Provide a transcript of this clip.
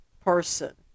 person